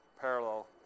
parallel